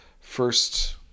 first